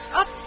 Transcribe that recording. up